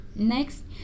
Next